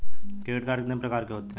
Credit card कितने प्रकार के होते हैं?